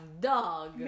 DOG